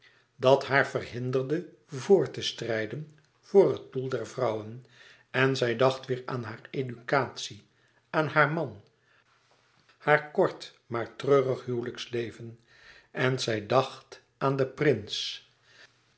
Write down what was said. dat haar verhinderde voort te strijden voor het doel der vrouwen en zij dacht weêr aan hare educatie aan haar man haar kort maar treurig huwelijksleven en zij dacht aan den prins